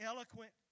Eloquent